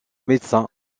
médecin